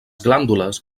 glàndules